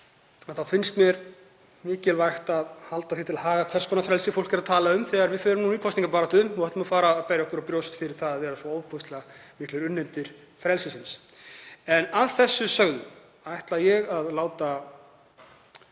þá finnst mér mikilvægt að halda því til haga hvers konar frelsi fólk er að tala um þegar við förum í kosningabaráttu og munum berja okkur á brjóst fyrir að vera svo ofboðslega miklir unnendur frelsisins. Að þessu sögðu ætla ég að láta